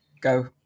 Go